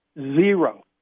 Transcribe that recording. Zero